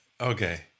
Okay